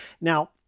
Now